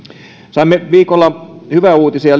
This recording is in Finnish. saimme viikolla liikenneministeriltä hyviä uutisia